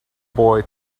boy